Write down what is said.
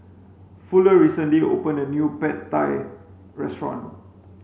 Fuller recently opened a new Pad Thai restaurant